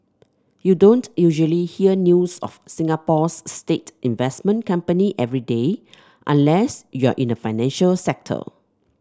you don't usually hear news of Singapore's state investment company every day unless you're in the financial sector